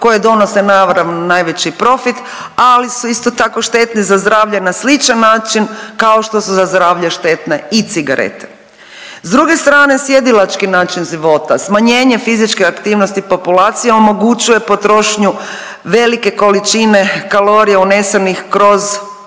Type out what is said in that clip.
koje donose naravno najveći profit, ali su isto tako štetne za zdravlje na sličan način kao što su za zdravlje štetne i cigarete. S druge strane sjedilački način života i smanjenje fizičke aktivnosti populacije omogućuje potrošnju velike količine kalorija unesenih kroz,